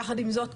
יחד עם זאת,